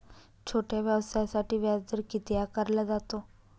छोट्या व्यवसायासाठी व्याजदर किती आकारला जातो?